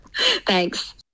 Thanks